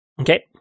Okay